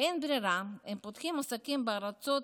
באין ברירה, הם פותחים עסקים בארצות